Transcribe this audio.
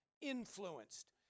influenced